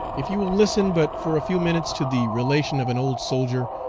if you will listen but for a few minutes to the relation of an old soldier,